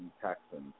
Texans